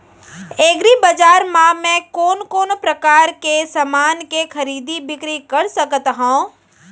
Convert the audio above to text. एग्रीबजार मा मैं कोन कोन परकार के समान के खरीदी बिक्री कर सकत हव?